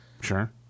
Sure